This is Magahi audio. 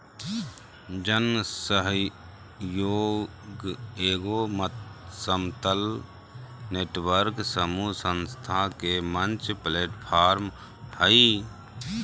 जन सहइोग एगो समतल नेटवर्क समूह संस्था के मंच प्लैटफ़ार्म हइ